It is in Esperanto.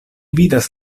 vidas